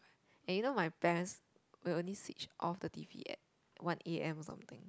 and you know my parents will only switch off the t_v at one a_m something